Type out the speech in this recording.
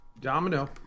Domino